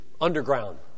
underground